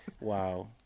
Wow